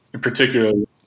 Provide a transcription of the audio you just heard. particularly